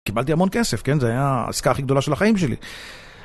קיבלתי המון כסף, כן? זה היה העסקה הכי גדולה של החיים שלי.